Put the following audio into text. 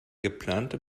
geplante